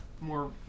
More